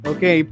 Okay